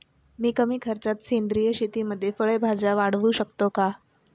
मी कमी खर्चात सेंद्रिय शेतीमध्ये फळे भाज्या वाढवू शकतो का?